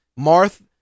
Marth